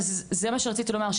זה מה שרציתי לומר,